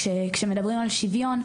כשמדברים על שוויון,